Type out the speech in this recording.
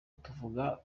tuvuga